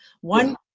one